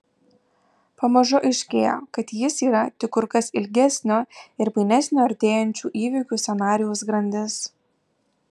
pamažu aiškėja kad jis yra tik kur kas ilgesnio ir painesnio artėjančių įvykių scenarijaus grandis